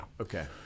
Okay